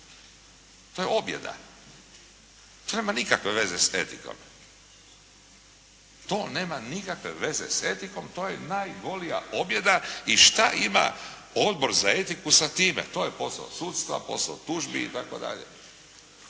To je objeda. To nema nikakve veze s etikom, to je najgolija objeda i šta ima Odbor za etiku sa time? To je posao sudstva, posao tužbi itd.